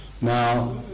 now